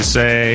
say